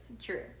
true